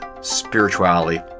spirituality